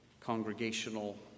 congregational